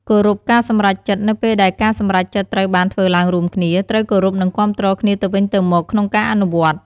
គោរពការសម្រេចចិត្ត នៅពេលដែលការសម្រេចចិត្តត្រូវបានធ្វើឡើងរួមគ្នា ត្រូវគោរព និងគាំទ្រគ្នាទៅវិញទៅមកក្នុងការអនុវត្ត។